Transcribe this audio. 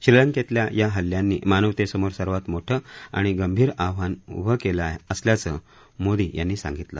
श्रीलंकेतल्या या हल्ल्यांनी मानवतेसमोर सर्वात मोठं आणि गंभीर आव्हान उभं केलं असल्याचं मोदी यांनी सांगितलं